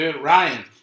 Ryan